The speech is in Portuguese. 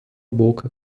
boca